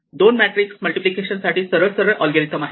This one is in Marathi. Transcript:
दोन मॅट्रिक्स मल्टिप्लिकेशन साठी सरळ सरळ अल्गोरिदम आहे